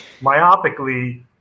Myopically